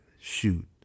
Shoot